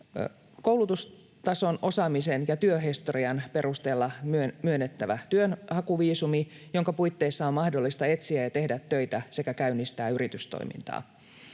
koulutustason, osaamisen ja työhistorian perusteella myönnettävä työnhakuviisumi, jonka puitteissa on mahdollista etsiä ja tehdä töitä sekä käynnistää yritystoimintaa.